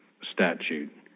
statute